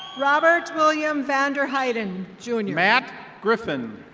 robert william vanderheiten jr. matt griffin.